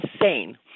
insane